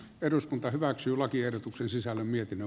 eduskunta hyväksyy lakiehdotuksen sisällön mietinnön